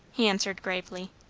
he answered gravely.